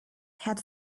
had